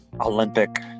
Olympic